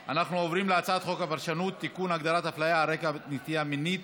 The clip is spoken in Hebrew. (תיקון, תרומת ביציות בין בנות זוג),